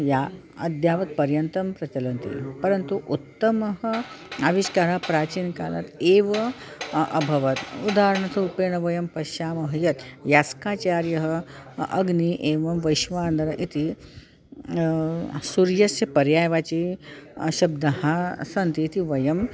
या अद्यावत्पत्पर्यन्तं प्रचलन्ति परन्तु उत्तमः आविष्कारः प्राचीनकालात् एव अभवत् उदाहरणरूपेण वयं पश्यामः यत् यास्काचार्यः अग्निः एवं वैश्वानरः इति सूर्यस्य पर्यायवाचि शब्दाः सन्ति इति वयम्